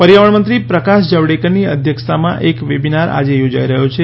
પર્યાવરણમંત્રી પ્રકાશ જાવડેકરની અધ્યક્ષતામાં એક વેબિનાર આજે યોજાઈ રહ્યો છે